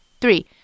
three